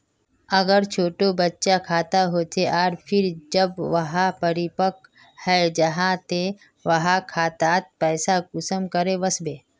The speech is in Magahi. अगर छोटो बच्चार खाता होचे आर फिर जब वहाँ परिपक है जहा ते वहार खातात पैसा कुंसम करे वस्बे?